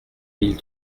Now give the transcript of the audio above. mille